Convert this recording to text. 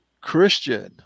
Christian